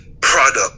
product